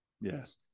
Yes